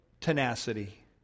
tenacity